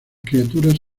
criaturas